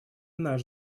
наш